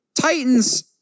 Titans –